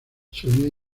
solía